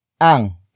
ANG